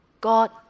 God